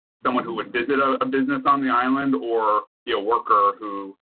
someone who would visit a, a business on the island or yeah worker who.